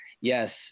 yes